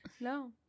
No